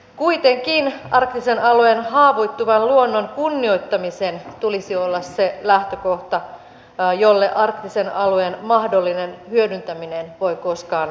kuitenkin arktisen alueen haavoittuvan luonnon kunnioittamisen tulisi olla se lähtökohta jolle arktisen alueen mahdollinen hyödyntäminen voi koskaan rakentua